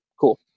Cool